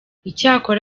icyakora